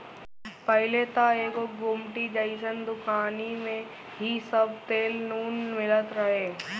पहिले त एगो गुमटी जइसन दुकानी में ही सब तेल नून मिलत रहे